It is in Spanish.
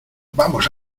vamos